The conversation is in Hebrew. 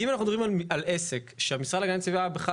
אם אנחנו מדברים על עסק שהמשרד להגנת הסביבה בכלל